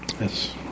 Yes